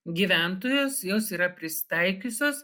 gyventojos jos yra prisitaikiusios